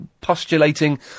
postulating